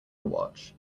watch